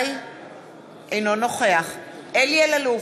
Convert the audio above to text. אינו נוכח אלי אלאלוף,